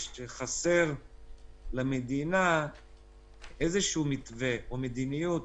חסר למדינה איזשהו מתווה או מדיניות